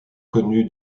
connu